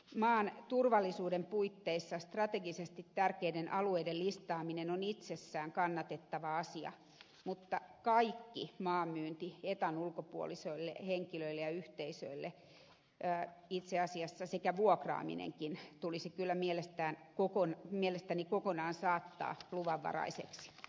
maan turvallisuuden puitteissa strategisesti tärkeiden alueiden listaaminen on itsessään kannatettava asia mutta itse asiassa kaikki maan myynti etan ulkopuolisille henkilöille ja yhteisöille sekä vuokraaminenkin tulisi kyllä mielestäni kokonaan saattaa luvanvaraiseksi